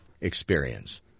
experience